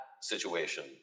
situation